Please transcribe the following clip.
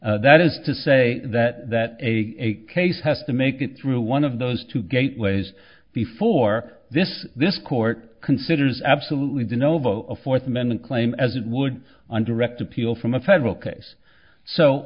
provisions that is to say that that a case has to make it through one of those two gateways before this this court considers absolutely the no vote a fourth amendment claim as it would on direct appeal from a federal case so